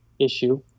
issue